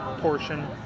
portion